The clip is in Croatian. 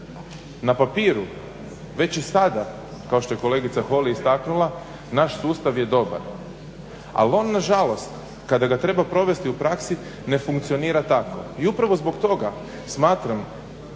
Na papiru već i sada kao što je kolegica Holy istaknula, naš sustav je dobar, al on nažalost kada ga treba provesti u praksi, ne funkcionira tako, i upravo zbog toga smatram